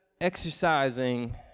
exercising